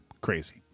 crazy